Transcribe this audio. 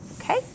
okay